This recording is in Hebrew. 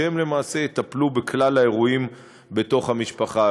והם למעשה יטפלו בכלל האירועים בתוך המשפחה,